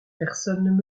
personne